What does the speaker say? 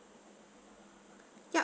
yup